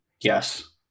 Yes